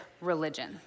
religion